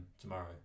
tomorrow